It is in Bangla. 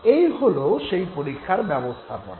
এই হল সেই পরীক্ষার ব্যবস্থাপনা